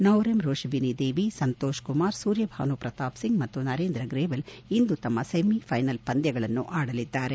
ನೌರೆಮ್ ರೋಷಿಬಿನಿ ದೇವಿ ಸಂತೋಷ್ ಕುಮಾರ್ ಸೂರ್ಯಭಾನು ಪ್ರತಾಪ್ ಸಿಂಗ್ ಮತ್ತು ನರೇಂದ್ರ ಗ್ರೇವಲ್ ಇಂದು ತಮ್ನ ಸೆಮಿ ಫೈನಲ್ ಪಂದ್ಯಗಳನ್ನು ಆಡಲಿದ್ದಾರೆ